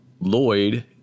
Lloyd